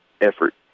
effort